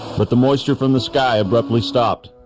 but the moisture from the sky abruptly stopped